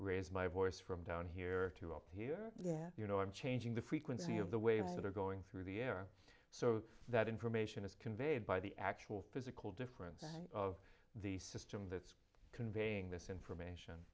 raise my voice from down here to up here yeah you know i'm changing the frequency of the waves that are going through the air so that information is conveyed by the actual physical and of the system that's conveying this in for